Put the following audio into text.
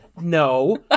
No